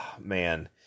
Man